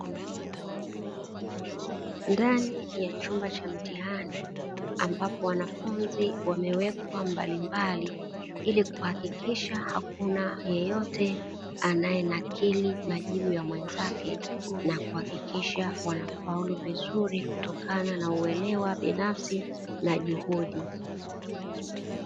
Ndani ya chumba cha mtihani ambapo wanafunzi wamewekwa mbalimbali ilikuhakikisha hamna yeyote anaenakili majibu ya mwenzake, na kuhakikisha wanafaulu vizuri kutokana na uelewa binafsi na juhudi.